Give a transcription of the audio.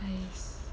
nice